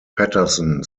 patterson